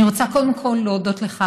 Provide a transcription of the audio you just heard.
אני רוצה קודם כול להודות לך,